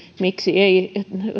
miksi ei